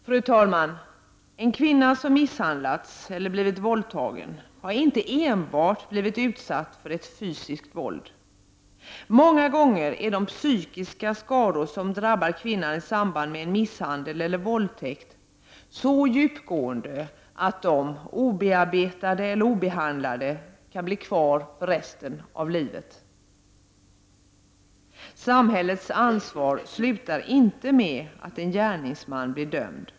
Fru talman! En kvinna som har misshandlats eller som har blivit våldtagen har inte enbart blivit utsatt för fysiskt våld. Många gånger är de psykiska skador som kvinnan drabbas av i samband med en misshandel eller en våldtäkt så djupgående att de, obearbetade eller obehandlade, kan bli kvar under resten av livet. Samhällets ansvar är inte slut i och med att en gärningsman blir dömd.